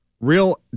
real